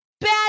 bad